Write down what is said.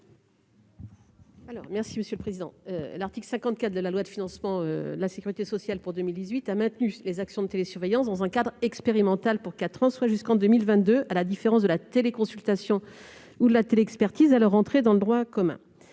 de la commission ? L'article 54 de la loi de financement de la sécurité sociale pour 2018 a maintenu les actions de télésurveillance dans un cadre expérimental pour quatre ans, soit jusqu'en 2022, alors que la téléconsultation et la téléexpertise entraient dans le droit commun.